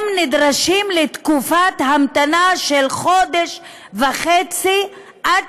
הם נדרשים לתקופת המתנה של חודש וחצי עד